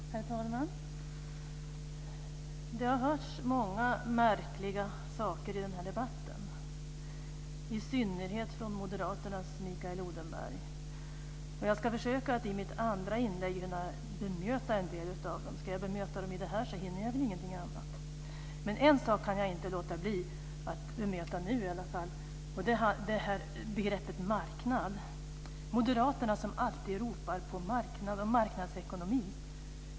Herr talman! Det har hörts många märkliga saker i debatten, i synnerhet från moderaternas Mikael Odenberg. Jag ska försöka att i mitt andra inlägg bemöta en del av dessa saker. Ska jag bemöta dem i det här inlägget hinner jag ingenting annat. En sak kan jag inte låta bli att bemöta nu, nämligen begreppet marknad. Moderaterna ropar alltid på marknad och marknadsekonomi.